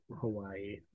Hawaii